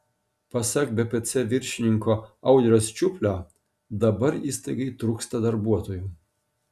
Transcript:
pasak bpc viršininko audriaus čiuplio dabar įstaigai trūksta darbuotojų